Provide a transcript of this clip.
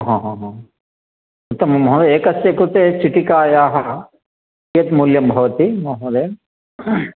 उत्तमं महोदय एकस्य कृते चीटिकायाः कियत् मूल्यं भवति महोदय